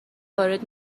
وارد